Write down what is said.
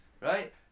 right